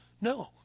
No